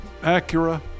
Acura